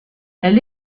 elle